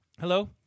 Hello